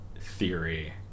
theory